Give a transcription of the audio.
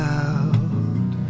out